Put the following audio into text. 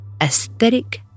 aesthetic